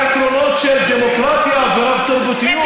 שמושתתת על עקרונות של דמוקרטיה ורב-תרבותיות,